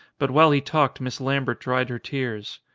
but while he talked miss lambert dried her tears.